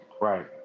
Right